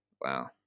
Wow